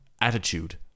attitude